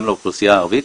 גם לאוכלוסייה הערבית.